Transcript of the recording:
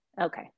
Okay